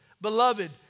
Beloved